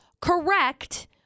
correct